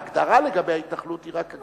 רק ההגדרה לגבי ההתנחלות היא הגדרה לא פשוטה.